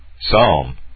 psalm